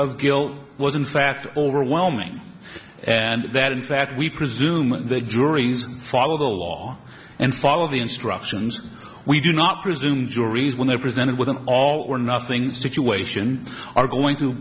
of guilt was in fact overwhelming and that in fact we presume that juries follow the law and follow the instructions we do not presume juries when they're presented with an all or nothing situation are going to